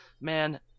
man